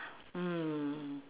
hmm